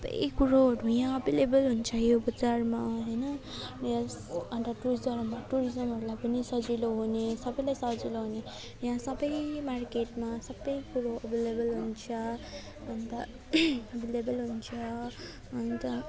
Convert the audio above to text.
सबै कुरोहरू यहाँ एभाइलेभल हुन्छ यो बजारमा होइन अन्त टुरिज्म टुरिज्महरूलाई पनि सजिलो हुने सबैलाई सजिलो हुने यहाँ सबै मार्केटमा सबै कुरोहरू एभाइलेभल हुन्छ अन्त एभाइलेभल हुन्छ अन्त